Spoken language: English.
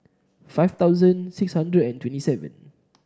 five thousand six hundred and twenty seven